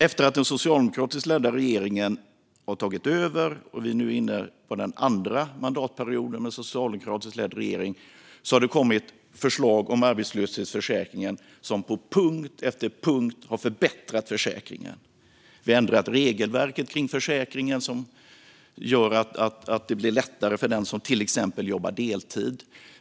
Efter att den socialdemokratiskt ledda regeringen har tagit över och vi nu är inne på den andra mandatperioden har det kommit förslag om arbetslöshetsförsäkringen som på punkt efter punkt har förbättrat den. Vi har ändrat regelverket kring försäkringen så att det blir lättare till exempel för den som jobbar deltid.